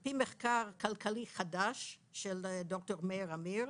על פי מחקר כלכלי חדש של ד"ר מאיר אמיר,